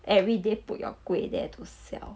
everyday put your kueh there to sell